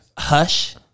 hush